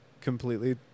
completely